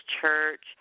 church